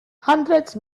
hundreds